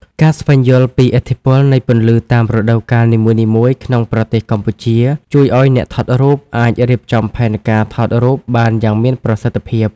ការស្វែងយល់ពីឥទ្ធិពលនៃពន្លឺតាមរដូវកាលនីមួយៗក្នុងប្រទេសកម្ពុជា ជួយឱ្យអ្នកថតរូបអាចរៀបចំផែនការថតរូបបានយ៉ាងមានប្រសិទ្ធភាព។